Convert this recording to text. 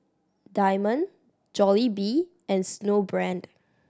Diamond Jollibee and Snowbrand